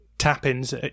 tap-ins